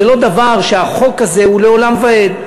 זה לא דבר שהחוק הזה הוא לעולם ועד.